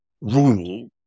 rule